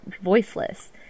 voiceless